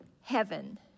heaven